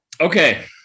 Okay